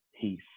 Peace